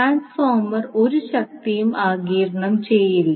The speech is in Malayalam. ട്രാൻസ്ഫോർമർ ഒരു ശക്തിയും ആഗിരണം ചെയ്യില്ല